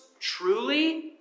truly